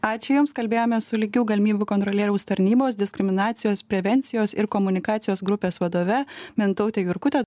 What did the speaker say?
ačiū jums kalbėjomės su lygių galimybių kontrolieriaus tarnybos diskriminacijos prevencijos ir komunikacijos grupės vadove mintaute jurkute